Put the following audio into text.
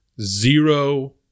Zero